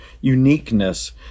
uniqueness